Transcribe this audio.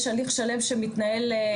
יש הליך שלם שמתנהל מול שופט מעצרים.